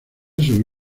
sobre